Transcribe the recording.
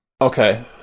Okay